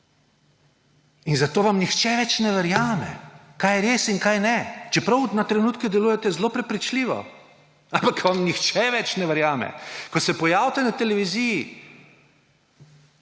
Zato vam nihče več ne verjame, kaj je res in kaj ne, čeprav na trenutke delujete zelo prepričljivo. Ampak vam nihče več ne verjame. Ko se pojavite na televiziji,